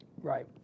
Right